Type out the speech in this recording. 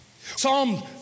Psalm